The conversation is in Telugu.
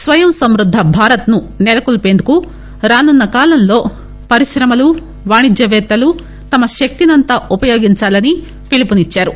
స్వయం సమృద్ద భారత్ ను నెలకొల్పేందుకు రానున్న కాలంలో పరిశ్రమలు వాణిజ్య పేత్తలు తమ శక్తినంతా ఉపయోగిందాలని పిలుపునిద్చారు